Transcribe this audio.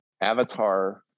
Avatar